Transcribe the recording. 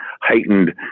heightened